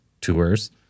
tours